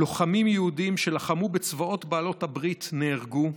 לוחמים יהודים שלחמו בצבאות בעלות הברית נהרגו.